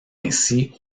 ainsi